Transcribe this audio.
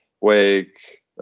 Wake